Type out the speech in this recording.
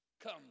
come